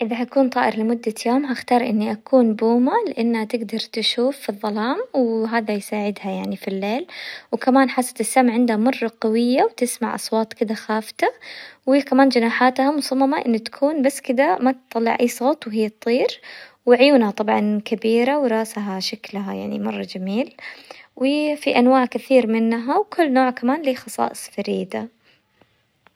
اذا حكون طائر لمدة يوم حختار اني اكون بومة لانها تقدر تشوف في الظلام، وهذا يساعدها يعني في الليل، وكمان حاسة السمع عندها مرة قوية، وتسمع اصوات كذا خافتة، وكمان جناحاتها مصممة انه تكون بس كذا ما تطلع اي صوت وهي تطير، وعيونها طبعا كبيرة، وراسها شكلها يعني مرة جميل، وفي انواع كثير منها، وكل نوع كمان له خصائص فريدة.